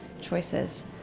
choices